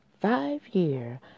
five-year